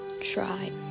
try